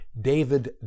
David